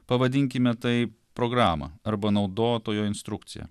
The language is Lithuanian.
pavadinkime tai programą arba naudotojo instrukciją